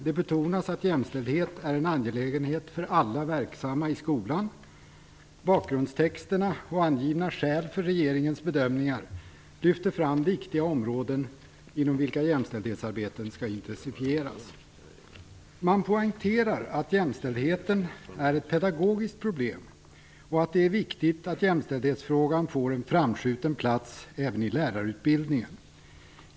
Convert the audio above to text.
Det betonas att jämställdhet är en angelägenhet för alla verksamma i skolan. Bakgrundstexterna och angivna skäl för regeringens bedömningar lyfter fram viktiga områden inom vilka jämställdhetsarbetet skall intensifieras. Man poängterar att jämställdhet är ett pedagogiskt problem och att det är viktigt att jämställdhetsfrågan får en framskjuten plats även i lärarutbildningen.